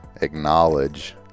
acknowledge